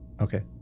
Okay